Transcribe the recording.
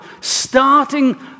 starting